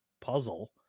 puzzle